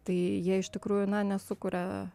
tai jie iš tikrųjų na nesukuria